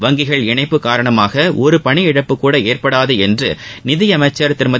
வங்கிகள் இணைப்பு காரணமாக ஒரு பணி இழப்பு கூட ஏற்படாது என்று நிதியணச்சர் திருமதி